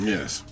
Yes